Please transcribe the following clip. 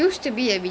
like